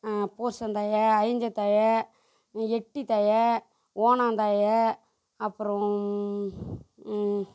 பூவரசன் தழை அழிஞ்சந்தழை எட்டித் தழை ஓணாந்தழை அப்புறம்